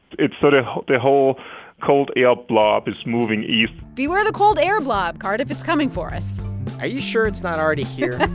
it's sort of the whole cold air blob is moving east beware the cold air blob, cardiff. it's coming for us are you sure it's not already here?